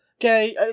okay